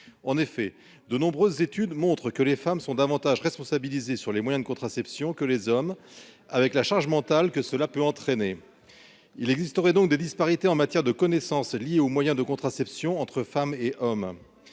en effet de nombreuses études montrent que les femmes sont davantage responsabilisés sur les moyens de contraception que les hommes avec la charge mentale que cela peut entraîner, il existerait donc des disparités en matière de connaissances liées aux moyens de contraception entre femmes et hommes,